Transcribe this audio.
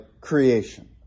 creation